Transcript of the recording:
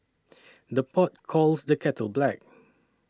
the pot calls the kettle black